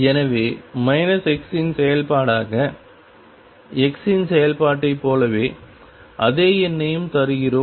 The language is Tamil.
எனவே x இன் செயல்பாடாக x இன் செயல்பாட்டைப் போலவே அதே எண்ணையும் தருகிறோம்